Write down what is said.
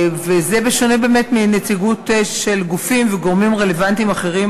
וזה בשונה באמת מנציגות של גופים וגורמים רלוונטיים אחרים